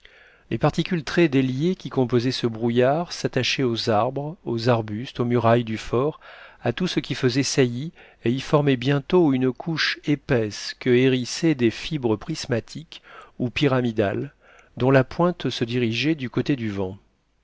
les particules très déliées qui composaient ce brouillard s'attachaient aux arbres aux arbustes aux murailles du fort à tout ce qui faisait saillie et y formaient bientôt une couche épaisse que hérissaient des fibres prismatiques ou pyramidales dont la pointe se dirigeait du côté du vent